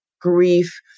grief